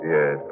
Yes